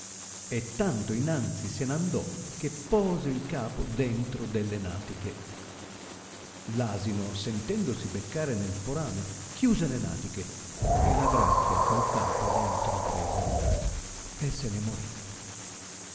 e tanto innanzi se n'andò che pose il capo dentro delle natiche l'asino sentendosi beccare nel forame chiuse le natiche e la gracchia col capo dentro presa rimase e se ne mori